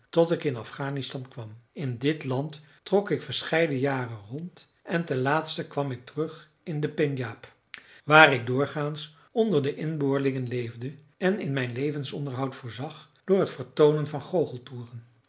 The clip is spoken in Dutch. tot ik in afghanistan kwam in dit land trok ik verscheiden jaren rond en ten laatste kwam ik terug in de pendjab waar ik doorgaans onder de inboorlingen leefde en in mijn levensonderhoud voorzag door het vertoonen van